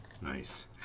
Nice